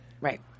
Right